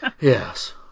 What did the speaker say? Yes